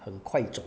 很快走的